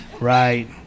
Right